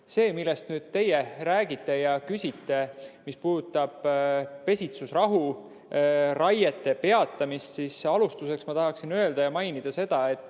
See, millest nüüd teie räägite ja mida küsite, mis puudutab pesitsusrahu ja raiete peatamist, siis alustuseks ma tahan mainida seda, et